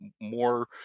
more